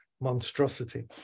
monstrosity